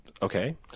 okay